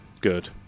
Good